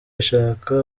yashaka